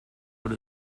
what